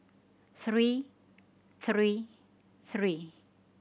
three three three